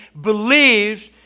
believes